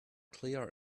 clear